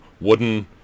wooden